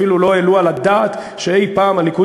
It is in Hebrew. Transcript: אפילו לא העלו על הדעת שאי-פעם הליכוד